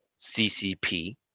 CCP